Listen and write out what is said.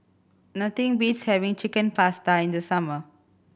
nothing beats having Chicken Pasta in the summer